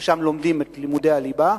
שם לומדים את לימודי הליבה,